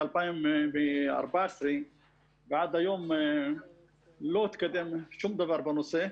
מ-2014 ועד היום לא התקדם שום דבר בנושא.